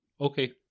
Okay